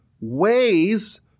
ways